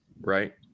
right